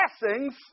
blessings